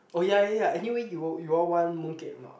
oh ya ya ya anyway you you all want mooncake or not